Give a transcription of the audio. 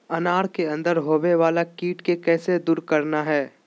अनार के अंदर होवे वाला कीट के कैसे दूर करना है?